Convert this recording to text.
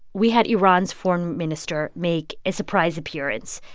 we had iran's foreign minister make a surprise appearance.